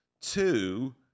Two